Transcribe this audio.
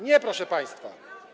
Nie, proszę państwa.